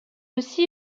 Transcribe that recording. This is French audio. aussi